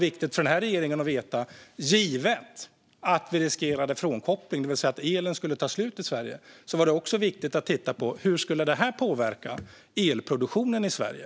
Vi riskerade frånkoppling, det vill säga att elen skulle ta slut i Sverige.